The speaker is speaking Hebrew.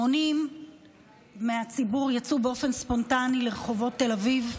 המונים מהציבור יצאו באופן ספונטני לרחובות תל אביב,